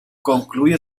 concluye